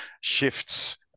shifts